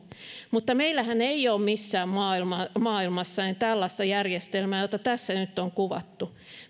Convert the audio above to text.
mutta meillähän ei ole missään maailmassa tällaista järjestelmää jota tässä nyt on kuvattu